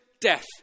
death